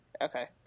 Okay